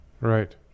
right